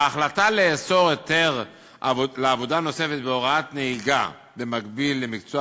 ההחלטה לאסור מתן היתר לעבודה נוספת בהוראת נהיגה במקביל למקצוע